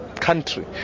country